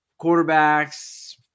quarterbacks